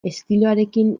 estiloarekin